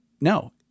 no